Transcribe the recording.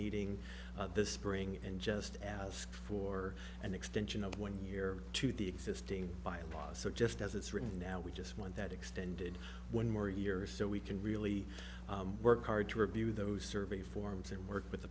meeting this spring and just ask for an extension of one year to the existing bylaws so just as it's written now we just want that extended one more year so we can really work hard to review those survey forms and work with the